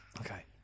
Okay